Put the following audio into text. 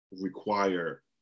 require